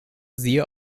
siehe